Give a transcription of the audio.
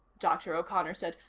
dr. o'connor said,